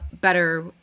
better